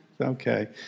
Okay